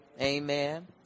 Amen